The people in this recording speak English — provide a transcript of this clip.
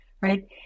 right